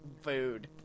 Food